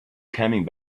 coming